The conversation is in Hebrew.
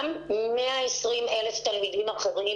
גם 120,000 התלמידים האחרים